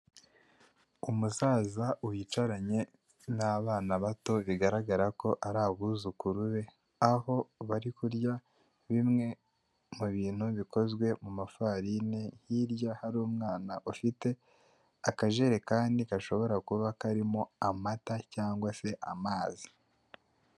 Umusaza wicaranye n'abana bato bigaragara ko ari abuzukuru be, aho bari kurya bimwe mu bintu bikozwe mu mafarine, hirya hari umwana ufite akajerekani gashobora kuba karimo amata cyangwa se amazi.